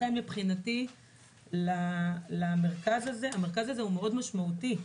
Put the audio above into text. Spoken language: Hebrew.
לכן מבחינתי המרכז הזה הוא משמעותי מאוד,